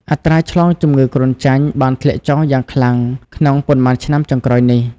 អត្រាឆ្លងជំងឺគ្រុនចាញ់បានធ្លាក់ចុះយ៉ាងខ្លាំងក្នុងប៉ុន្មានឆ្នាំចុងក្រោយនេះ។